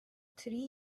three